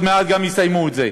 ועוד מעט גם יסיימו את זה.